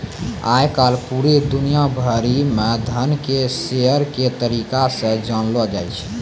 आय काल पूरे दुनिया भरि म धन के शेयर के तरीका से जानलौ जाय छै